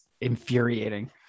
infuriating